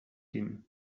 din